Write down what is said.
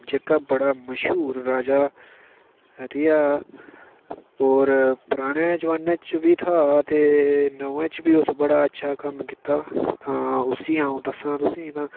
जेह्का बड़ा मश्हूर राजा रेहा और पराने जमाने च बी था ते नमें च बी उस बड़ा अच्छा कम्म कीता तां उसी अ'ऊं दस्सा तुसें ई तां